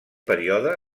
període